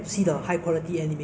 I see I see